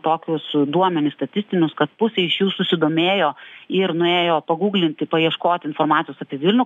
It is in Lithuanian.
tokius duomenis statistinius kad pusė iš jų susidomėjo ir nuėjo paguglinti paieškoti informacijos apie vilnių